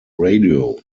radio